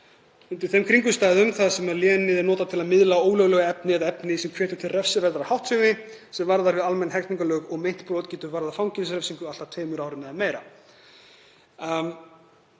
undir þeim kringumstæðum þar sem lénið er notað til að miðla ólöglegu efni eða efni sem hvetur til refsiverðrar háttsemi sem varðar við almenn hegningarlög og meint brot getur varðað fangelsisrefsingu allt að tveimur árum eða meira. Nú eru